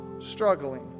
struggling